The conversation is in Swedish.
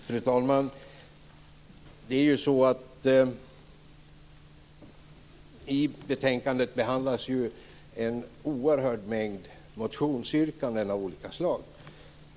Fru talman! I betänkandet behandlas en oerhörd mängd motionsyrkanden av olika slag.